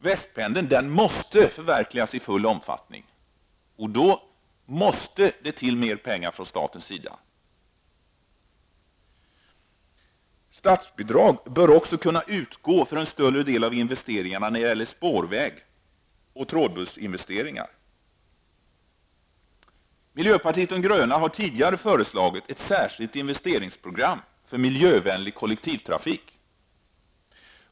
Västpendeln måste förverkligas i full omfattning, och då måste det till mera pengar från statens sida. Statsbidrag bör också kunna utgå för en större del av investeringarna vad gäller spårväg, och även för trådbussinvesteringar. Miljöpartiet de gröna har tidigare föreslagit ett särskilt investeringsprogram för miljövänlig kollektivtrafik.